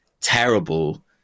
terrible